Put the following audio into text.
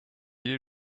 est